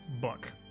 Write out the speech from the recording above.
book